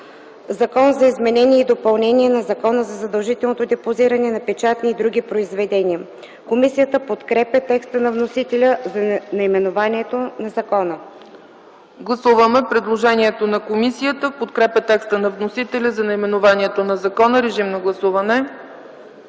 „Закон за изменение и допълнение на Закона за задължителното депозиране на печатни и други произведения.” Комисията подкрепя текста на вносителя за наименованието на закона. ПРЕДСЕДАТЕЛ ЦЕЦКА ЦАЧЕВА: Гласуваме предложението на комисията в подкрепа текста на вносителя за наименованието на закона. Моля, гласувайте.